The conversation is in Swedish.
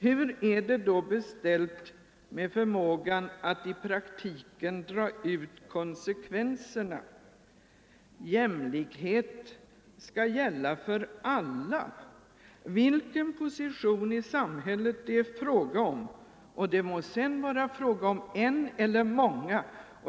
Hur är det då beställt med förmågan att dra konsekvenserna i praktiken? Jämlikhet skall gälla för alla, vilken position i samhället det än är fråga om — det må sedan gälla en eller många.